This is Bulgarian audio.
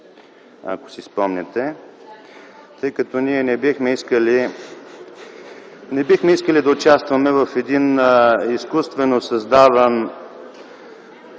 ако си спомняте, тъй като ние не бихме искали да участваме в един изкуствено създаван,